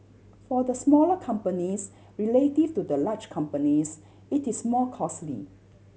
for the smaller companies relative to the large companies it is more costly